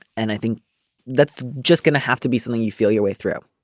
and i think that's just going to have to be something you feel your way through.